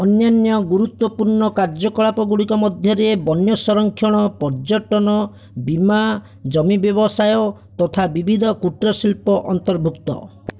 ଅନ୍ୟାନ୍ୟ ଗୁରୁତ୍ୱପୂର୍ଣ୍ଣ କାର୍ଯ୍ୟକଳାପ ଗୁଡ଼ିକ ମଧ୍ୟରେ ବନ୍ୟ ସଂରକ୍ଷଣ ପର୍ଯ୍ୟଟନ ବୀମା ଜମି ବ୍ୟବସାୟ ତଥା ବିବିଧ କୁଟୀର ଶିଳ୍ପ ଅନ୍ତର୍ଭୁକ୍ତ